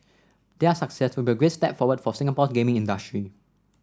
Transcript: their success would be a great step forward for Singapore's gaming industry